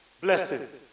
blessings